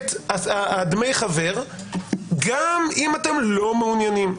את דמי החבר גם אם אתם לא מעוניינים.